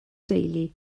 deulu